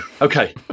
Okay